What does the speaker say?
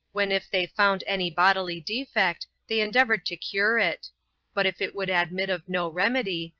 when if they found any bodily defect they endeavored to cure it but if it would admit of no remedy,